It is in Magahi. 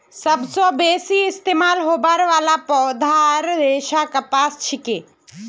सबस बेसी इस्तमाल होबार वाला पौधार रेशा कपास छिके